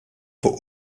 fuq